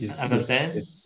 Understand